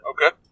Okay